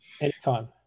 anytime